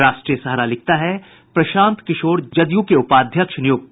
राष्ट्रीय सहारा लिखता है प्रशांत किशोर जदयू के उपाध्यक्ष नियुक्त